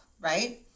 right